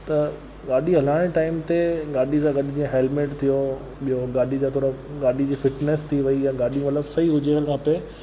त गाॾी हलाइण जे टाईम ते गाॾी सां गॾु जीअं हेल्मेट थियो ॿियो गाॾी जा थोरा फिटिनिस थी वई यां गाॾी मतलबु सही हुजे उन वक़्तु